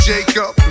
Jacob